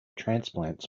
transplants